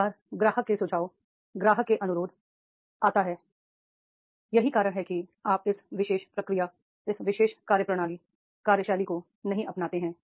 कई बार ग्राहक के सुझाव ग्राहक के अनुरोध आता है यही कारण है कि आप इस विशेष प्रक्रिया इस विशेष कार्यप्रणाली कार्यशैली को नहीं अपनाते हैं